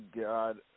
god